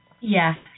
yes